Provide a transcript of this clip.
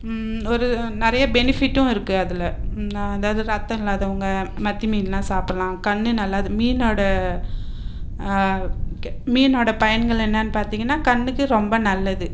ஒரு நிறைய பெனிஃபிட்டும் இருக்குது அதில் அதாவது ரத்தம் இல்லாதவங்க மத்தி மீன்லாம் சாப்பிட்லாம் கண் நல்லது மீனோட மீனோட பயன்கள் என்னன்னு பார்த்திங்கன்னா கண்ணுக்கு ரொம்ப நல்லது